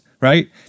right